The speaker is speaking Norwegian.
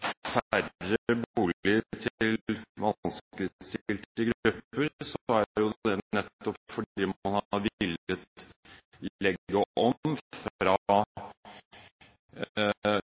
færre boliger til vanskeligstilte grupper, er jo det nettopp fordi man har villet legge om fra en